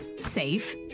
safe